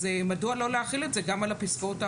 אז מדוע לא להחיל את זה גם על הפסקאות האחרות,